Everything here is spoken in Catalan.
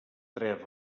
tres